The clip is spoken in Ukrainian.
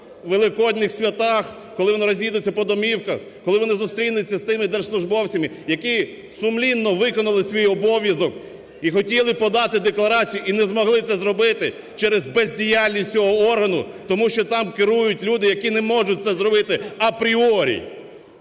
Великодніх святах, коли вони розійдуться по домівках, коли вони зустрінуться з тими держслужбовцями, які сумлінно виконали свій обов'язок і хотіли подати декларацію і не змогли це зробити через бездіяльність цього органу, тому що там керують люди, які не можуть це зробити апріорі.